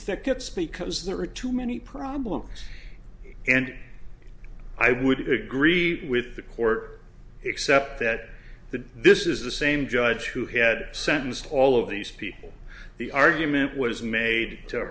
thickets because there are too many problems and i wouldn't agree with the court except that the this is the same judge who had sentenced all of these people the argument was made to